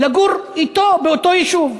לגור אתו באותו יישוב.